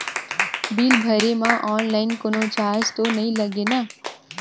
Bill भरे मा online कोनो चार्ज तो नई लागे ना?